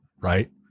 right